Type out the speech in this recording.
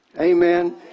Amen